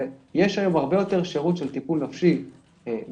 ויש היום הרבה יותר שירות של טיפול נפשי בקהילה,